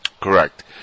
Correct